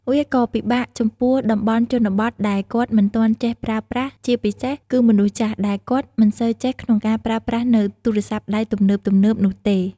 វាក៏ពិបាកចំពោះតំបន់ជនបទដែលគាត់មិនទាន់ចេះប្រើប្រាស់ ជាពិសេសគឺមនុស្សចាស់ដែលគាត់មិនសូវចេះក្នុងការប្រើប្រាស់នូវទូរស័ព្ទដៃទំនើបៗនោះទេ។